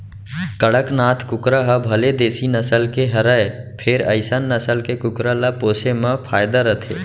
कड़कनाथ कुकरा ह भले देसी नसल के हरय फेर अइसन नसल के कुकरा ल पोसे म फायदा रथे